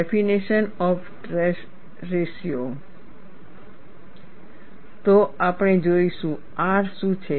definition of stress ratio તો આપણે જોઈશું આર શું છે